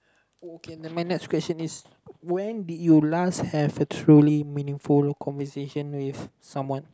oh okay never mind next question is when did you last have a truly meaningful conversation with someone